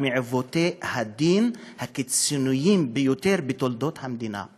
מעיוותי הדין הקיצוניים ביותר בתולדות המדינה.